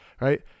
right